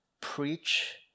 preach